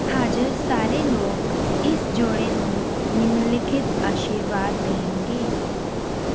ਹਾਜ਼ਰ ਸਾਰੇ ਲੋਕ ਇਸ ਜੋੜੇ ਨੂੰ ਨਿਮਨਲਿਖਤ ਆਸ਼ੀਰਵਾਦ ਦੇਣਗੇ